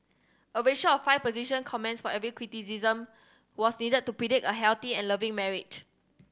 a ratio of five position comments for every criticism was needed to predict a healthy and loving marriage